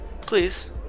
Please